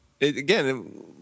again